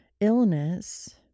illness